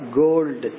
gold